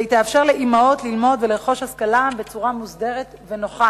והיא תאפשר לאמהות ללמוד ולרכוש השכלה בצורה מוסדרת ונוחה.